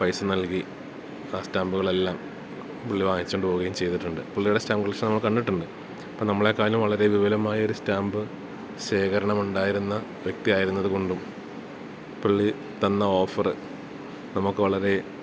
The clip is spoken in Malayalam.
പൈസ നൽകി ആ സ്റ്റാമ്പുകളെല്ലാം പുള്ളി വാങ്ങിച്ചോണ്ട് പോകുകയും ചെയ്തിട്ടുണ്ട് പുള്ളിയുടെ സ്റ്റാമ്പ് കളക്ഷൻ നമ്മൾ കണ്ടിട്ടുണ്ട് അപ്പം നമ്മളേക്കാലും വളരെ വിപുലമായൊരു സ്റ്റാമ്പ് ശേഖരണമുണ്ടായിരുന്ന വ്യക്തിയായത് കൊണ്ടും പുള്ളി തന്ന ഓഫറ് നമുക്ക് വളരേ